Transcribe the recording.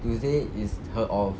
tuesday is her off